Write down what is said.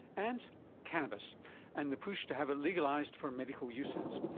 and cannabis and the push to have it legalised for medical uses.